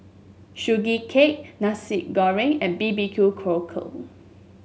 Sugee Cake Nasi Goreng and B B Q Cockle